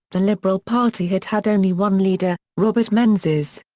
the liberal party had had only one leader, robert menzies.